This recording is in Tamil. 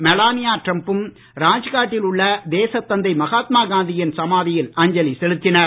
மெலானியா டிரம்பும் ராஜ்காட்டில் உள்ள தேசத் தந்தை மகாத்மா காந்தியின் சமாதியில் அஞ்சலி செலுத்தினர்